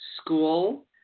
school